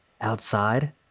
Outside